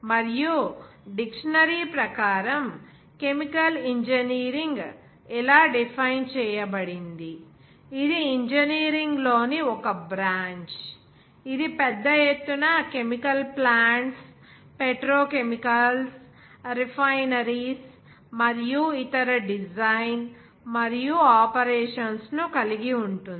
మరియు డిక్షనరీ ప్రకారం chemical engineering ఇలా డిఫైన్ చేయబడింది ఇది ఇంజనీరింగ్ లోని ఒక బ్రాంచ్ ఇది పెద్ద ఎత్తున కెమికల్ ప్లాంట్స్ పెట్రోకెమికల్స్ రిఫైనరీస్ మరియు ఇతర డిజైన్ మరియు ఆపరేషన్స్ ను కలిగి ఉంటుంది